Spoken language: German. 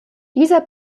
dieser